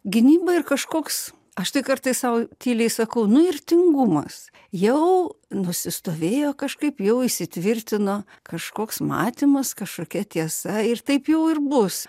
gynyba ir kažkoks aš tai kartais sau tyliai sakau nu ir tingumas jau nusistovėjo kažkaip jau įsitvirtino kažkoks matymas kažkokia tiesa ir taip jau ir bus